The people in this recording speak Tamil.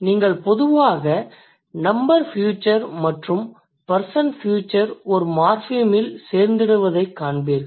நீங்கள் பொதுவாக நம்பர் ஃபீயுச்சர் மற்றும் பர்சன் ஃபியூச்சர் ஒரு மார்ஃபிமில் சேர்ந்திடுவதைக் காண்பீர்கள்